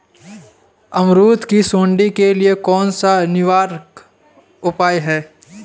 अमरूद की सुंडी के लिए कौन सा निवारक उपाय है?